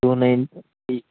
two ninety